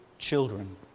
children